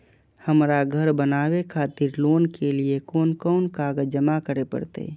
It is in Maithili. हमरा घर बनावे खातिर लोन के लिए कोन कौन कागज जमा करे परते?